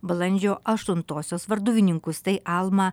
balandžio aštuntosios varduvininkus tai almą